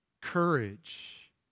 courage